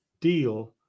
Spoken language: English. deal